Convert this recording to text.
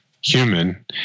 human